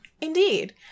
Indeed